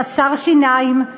חסר שיניים,